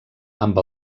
amb